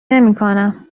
نمیکنم